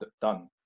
done